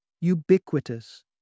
ubiquitous